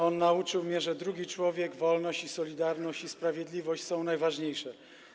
On nauczył mnie, że drugi człowiek, wolność i solidarność, i sprawiedliwość są najważniejsze.